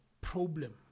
problem